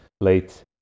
late